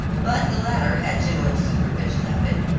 but the latter had general supervision of it,